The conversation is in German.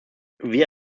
wir